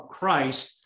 Christ